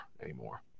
anymore